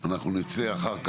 אנחנו נצא אחר כך,